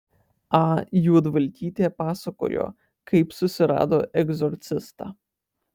a juodvalkytė pasakojo kaip susirado egzorcistą